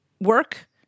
work